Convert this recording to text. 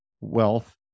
wealth